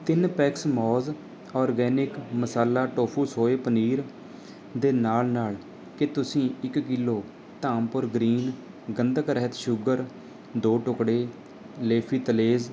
ਤਿੰਨ ਪੈਕਸ ਮੌਜ਼ organic masala tofu soy paneer ਦੇ ਨਾਲ ਨਾਲ ਕੀ ਤੁਸੀਂ ਇੱਕ ਕਿਲੋ ਧਾਮਪੁਰ ਗ੍ਰੀਨ ਗੰਧਕ ਰਹਿਤ ਸ਼ੂਗਰ ਦੋ ਟੁਕੜੇ ਲੇਅਫ਼ੀ ਤਲੇਜ਼